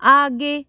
आगे